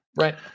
Right